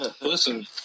Listen